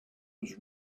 was